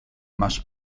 masz